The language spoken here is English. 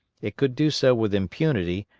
it could do so with impunity,